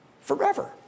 forever